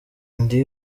ndi